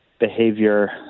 behavior